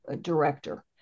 director